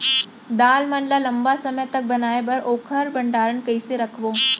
दाल मन ल लम्बा समय तक बनाये बर ओखर भण्डारण कइसे रखबो?